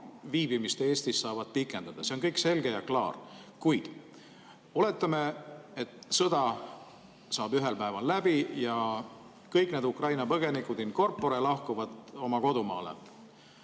viibimist Eestis saavad pikendada. See on kõik selge ja klaar. Kuid oletame, et sõda saab ühel päeval läbi ja kõik need Ukraina põgenikudin corporelahkuvad oma kodumaale.